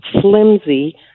flimsy